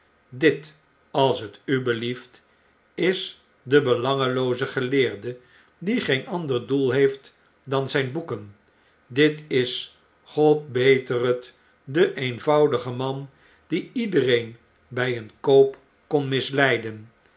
dit als t u belieft is de belangelooze geleerde die geen ander doel heeft dan zyn boekenl dit is god beter t de eenvoudige man dien iedereen by een koop kon misleiden